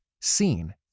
seen